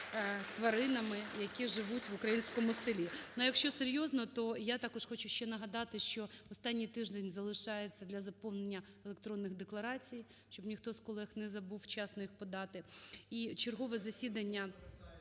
тваринами, які живуть в українському селі. Ну якщо серйозно, то я також хочу ще нагадати, що останній тиждень залишається для заповнення електронних декларацій, щоб ніхто з колег не забув вчасно їх подати.